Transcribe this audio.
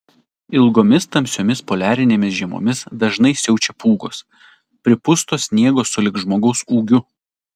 ilgomis tamsiomis poliarinėmis žiemomis dažnai siaučia pūgos pripusto sniego sulig žmogaus ūgiu